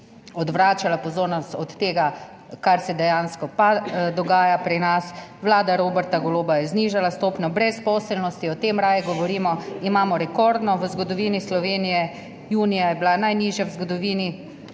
odvračala pozornost od tega, kar se dejansko dogaja pri nas. Vlada Roberta Goloba je znižala stopnjo brezposelnosti, o tem raje govorimo. Imamo rekordno v zgodovini Slovenije, junija je bila najnižja v zgodovini. Inflacijo